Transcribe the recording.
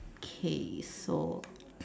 okay so